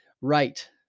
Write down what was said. right